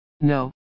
no